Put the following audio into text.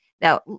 Now